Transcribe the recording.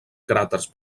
cràters